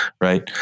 Right